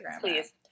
please